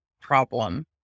problem